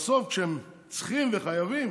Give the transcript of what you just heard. בסוף כשהם צריכים וחייבים